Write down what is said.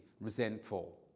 resentful